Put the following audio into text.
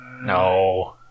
No